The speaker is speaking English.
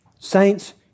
Saints